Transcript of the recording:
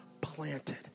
planted